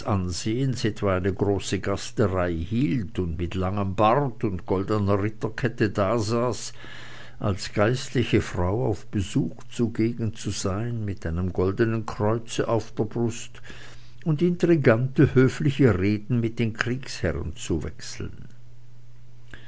etwa große gasterei hielt und mit langem bart und goldener ritterkette dasaß als geistliche frau auf besuch zugegen zu sein mit einem goldenen kreuze auf der brust und intrigante höfliche reden mit den kriegsherren zu wechseln